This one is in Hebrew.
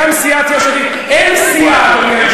אין סיעה,